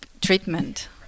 treatment